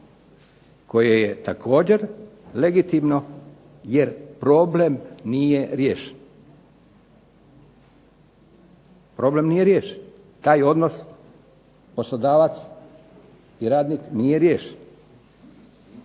koje je također legitimno jer problem nije riješen. Taj odnos poslodavac i radnik nije riješen.